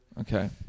Okay